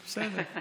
בסדר.